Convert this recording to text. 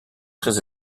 très